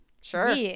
Sure